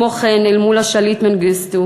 כמו כן אל מול השליט מנגיסטו,